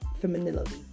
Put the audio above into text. femininity